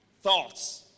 thoughts